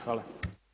Hvala.